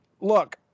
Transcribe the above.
look